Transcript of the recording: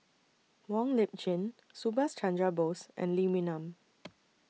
Wong Lip Chin Subhas Chandra Bose and Lee Wee Nam